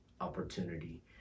opportunity